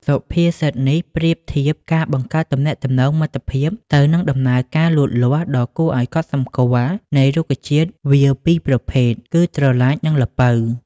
សុភាសិតនេះប្រៀបធៀបការបង្កើតទំនាក់ទំនងមិត្តភាពទៅនឹងដំណើរការលូតលាស់ដ៏គួរឲ្យកត់សម្គាល់នៃរុក្ខជាតិវារពីរប្រភេទ គឺប្រឡាច និងល្ពៅ។